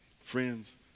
Friends